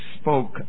spoke